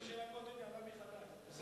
המחיר של ה"קוטג'" עלה מחדש, זה בסדר.